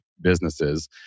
businesses